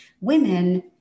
women